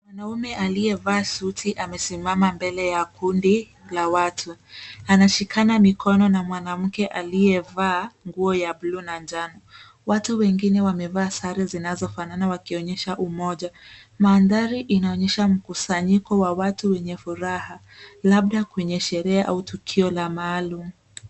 Mwanamume aliyevaa suti amesimama mbele ya kundi la watu. Anashikana mikono na mwanamke aliyevaa nguo ya blue na njano. Watu wengine wamevaa sare zinazofanana wakionyesha umoja. Mandhari inaonyesha mkusanyiko wa watu wenye furaha labda kwenye sherehe au tukio la maalumu.